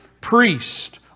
priest